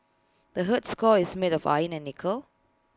the Earth's core is made of iron and nickel